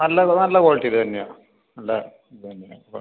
നല്ലത് നല്ല ക്വാളിറ്റിയുടെ തന്നെയാണ് നല്ല ഇതുതന്നെയാണ് പ